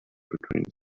between